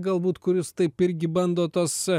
galbūt kuris taip irgi bando tos